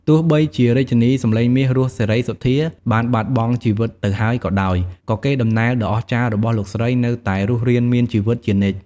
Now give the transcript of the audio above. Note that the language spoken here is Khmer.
ទោះបីជារាជិនីសំឡេងមាស រស់ សេរីសុទ្ធា បានបាត់បង់ជីវិតទៅហើយក៏ដោយ ក៏កេរ្តិ៍ដំណែលដ៏អស្ចារ្យរបស់លោកស្រីនៅតែរស់រានមានជីវិតជានិច្ច។